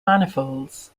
manifolds